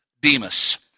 Demas